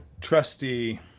trusty